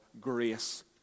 grace